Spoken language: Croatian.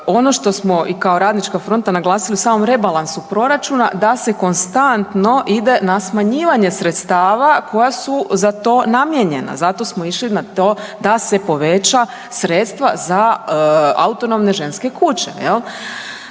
ono što smo i kao Radnička fronta naglasili u samom rebalansu proračuna, da se konstantno ide na smanjivanje sredstava koja su za to namijenjena, zato smo išli na to da se poveća sredstva za autonomne ženske kuće,